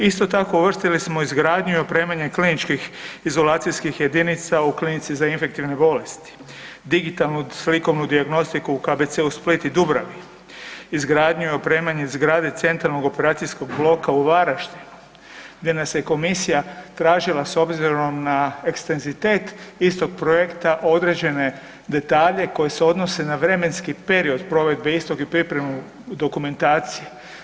Isto tako uvrstili smo izgradnju i opremanje kliničkih izolacijskih jedinica u Klinici za infektivne bolesti, digitalnu slikovnu dijagnostiku u KBC Split i Dubravi, izgradnju i opremanje zgrade centralnog operacijskog bloka u Varaždinu, gdje nas je komisija tražila s obzirom na ekstenzitet istog projekta određene detalje koje se odnose na vremenski period provedbe istog i pripremu dokumentacije.